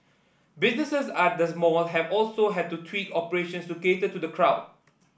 businesses at these mall have also had to tweak operations to cater to the crowd